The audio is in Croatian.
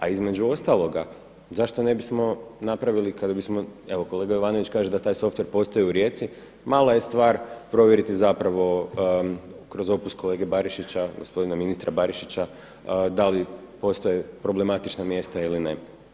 A između ostaloga, zašto ne bismo napravili kada bismo, evo kolega Jovanović kaže da taj softver postoji u Rijeci, mala je stvar provjeriti zapravo kroz opus kolege Barišića gospodina ministra Barišića da li postoje problematična mjesta ili ne?